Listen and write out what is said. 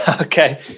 Okay